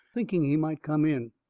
thinking he might come in.